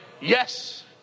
Yes